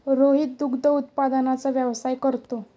रोहित दुग्ध उत्पादनाचा व्यवसाय करतो